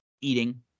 eating